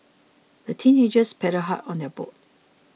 the teenagers paddled hard on their boat